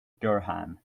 durham